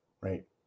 right